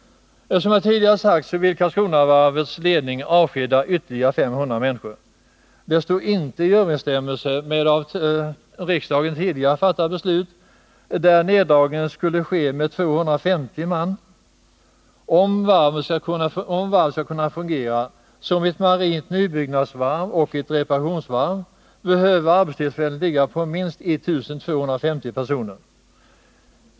Som jag tidigare sagt vill Karlskronavarvets ledning avskeda ytterligare 500 personer. Detta är inte i överensstämmelse med det av rikdagen tidigare fattade beslutet enligt vilket neddragning skulle ske med 250 man. Om varvet skall kunna fungera som ett marint nybyggnadsoch reparationsvarv, behöver antalet arbetstillfällen uppgå till minst 1 250.